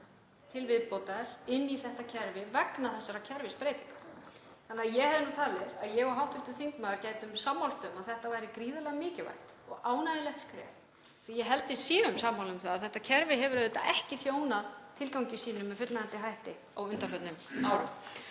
til viðbótar inn í þetta kerfi vegna þessara kerfisbreytinga. Þannig að ég hefði nú talið að ég og hv. þingmaður gætum sammælst um að þetta væri gríðarlega mikilvægt og ánægjulegt skref því að ég held við séum sammála um að þetta kerfi hefur ekki þjónað tilgangi sínum með fullnægjandi hætti á undanförnum árum.